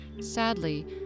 Sadly